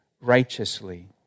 righteously